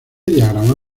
diagrama